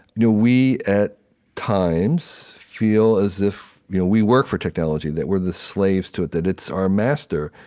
you know we at times feel as if you know we work for technology that we're the slaves to it that it's our master.